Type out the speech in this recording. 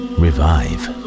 revive